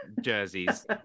jerseys